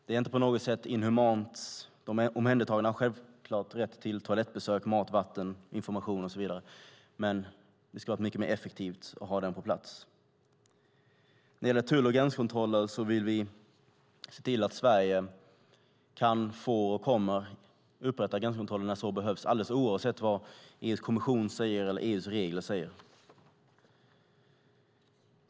Det är inte på något sätt inhumant. De omhändertagna har självfallet rätt till toalettbesök, mat, vatten, information och så vidare. Men det skulle vara mycket mer effektivt att ha en sådan lagstiftning på plats. När det gäller tull och gränskontroller vill vi se till att Sverige kan få upprätta gränskontroller när så behövs alldeles oavsett vad EU-kommissionen eller EU:s regler säger.